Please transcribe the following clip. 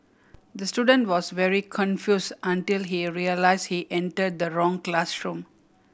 the student was very confuse until he realise he enter the wrong classroom